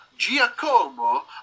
Giacomo